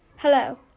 Hello